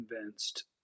convinced